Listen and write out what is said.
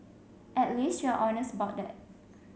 at least you're honest about that